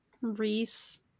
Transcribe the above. Reese